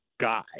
guy